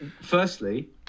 firstly